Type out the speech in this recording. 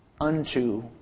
unto